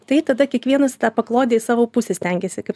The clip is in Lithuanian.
tai tada kiekvienas tą paklodę į savo pusę stengiasi kaip